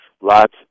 lots